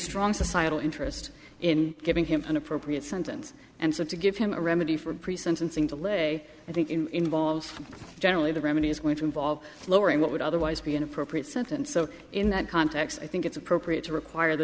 strong societal interest in giving him an appropriate sentence and so to give him a remedy for pre sentencing to lay i think in involved generally the remedy is going to involve lowering what would otherwise be an appropriate sentence so in that context i think it's appropriate to require the